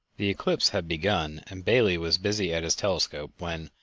the eclipse had begun and bailey was busy at his telescope when,